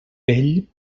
vell